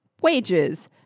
wages